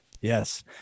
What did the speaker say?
yes